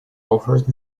offered